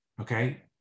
Okay